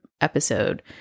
episode